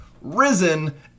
Risen